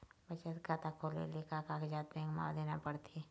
बचत खाता खोले ले का कागजात बैंक म देना पड़थे?